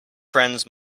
friends